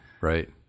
right